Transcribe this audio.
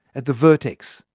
at the vertex,